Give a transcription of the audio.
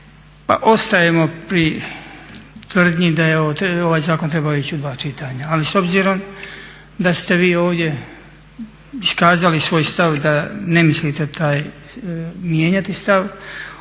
Pa ostajemo pri tvrdnji da je ovaj zakon trebao ići u dva čitanja. Ali s obzirom da ste vi ovdje iskazali svoj stav da ne mislite taj mijenjati stav